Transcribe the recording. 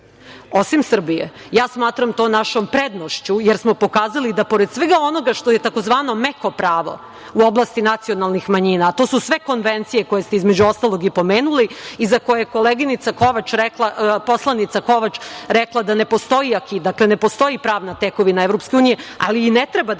osim Srbije. Smatram to našom prednošću, jer smo pokazali da, pored svega onoga što je tzv. meko pravo u oblasti nacionalnih manjina, a to su sve konvencije koje ste između ostalog i pomenuli i za koje je poslanica Kovač rekla da ne postoji, ne postoji pravni tekovina EU, ali i ne treba da postoji